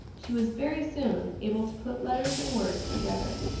she was very soon able to put letters and words together.